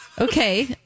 Okay